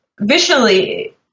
visually